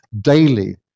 daily